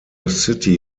city